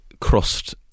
crossed